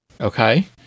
Okay